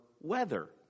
weather